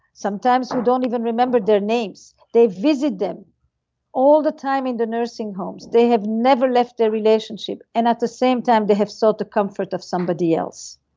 sometimes who don't even remember their names. they visit them all the time in the nursing homes. they have never left their relationship and at the same time they have sought the comfort of somebody else.